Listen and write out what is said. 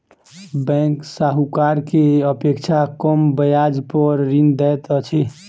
bank साहूकार के अपेक्षा कम ब्याज पर ऋण दैत अछि